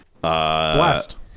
blast